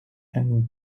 and